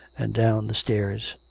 and down the stairs.